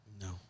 No